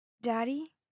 Daddy